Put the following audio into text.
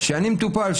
שאני מטופל,